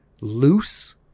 loose